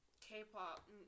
K-pop